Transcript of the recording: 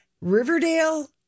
Riverdale